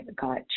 got